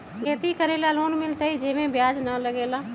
खेती करे ला लोन मिलहई जे में ब्याज न लगेला का?